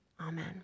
amen